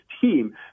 team